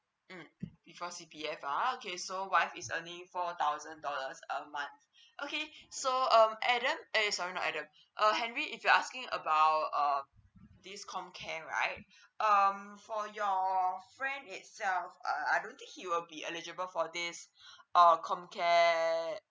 mm before C_P_F ah okay so wife is earning four thousand dollars a month okay so um adam eh sorry no adam uh henry if you are asking about err this comcare right um for your friend itself uh I don't think he will be eligible for this err comcare